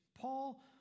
Paul